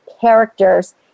characters